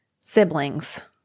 siblings